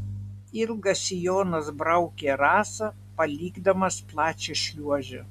ilgas sijonas braukė rasą palikdamas plačią šliuožę